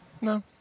No